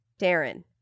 Darren